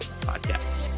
Podcast